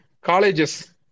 Colleges